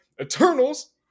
Eternals